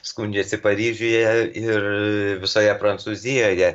skundžiasi paryžiuje ir visoje prancūzijoje